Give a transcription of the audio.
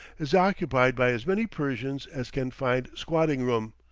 is occupied by as many persians as can find squatting room,